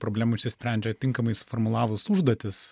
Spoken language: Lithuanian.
problemų išsisprendžia tinkamai suformulavus užduotis